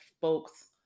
folks